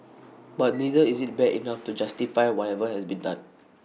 but neither is IT bad enough to justify whatever has been done